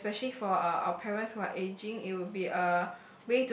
especially for our parents who are aging it will be a